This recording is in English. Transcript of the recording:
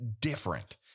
different